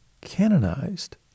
canonized